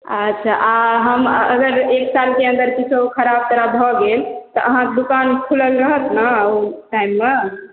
अच्छा आ हम अगर एक सालके अन्दर किछो खराब तराब भऽ गेल तऽ अहाँके दुकान खुलल रहत ने ओ टाइममे